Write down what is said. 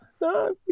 No